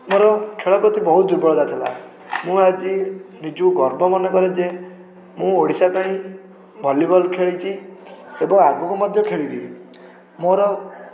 ମୋର ଖେଳ ପ୍ରତି ବହୁତ ଦୁର୍ବଳତା ଥିଲା ମୁଁ ଆଜି ନିଜକୁ ଗର୍ବ ମନେକରେ ଯେ ମୁଁ ଓଡ଼ିଶା ପାଇଁ ଭଲିବଲ୍ ମଧ୍ୟ ଖେଳିଛି ଏବଂ ଆଗକୁ ମଧ୍ୟ ଖେଳିବି ମୋର